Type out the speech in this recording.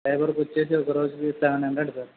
లేబర్కి వచ్చేసి ఒక రోజుకి సెవెన్ హండ్రెడ్ సార్